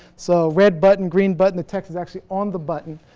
so red button, green button the text is actually on the button.